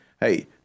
Hey